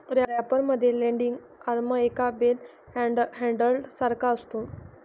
wrapper मध्ये landing arm एका bell handler सारखा असतो